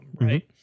right